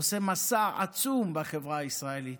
שהוא תיאר, עושה מסע עצום בחברה הישראלית,